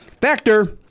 Factor